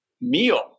meal